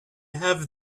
have